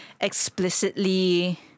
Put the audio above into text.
explicitly